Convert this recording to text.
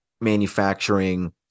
manufacturing